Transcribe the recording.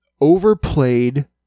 overplayed